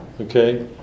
Okay